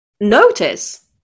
notice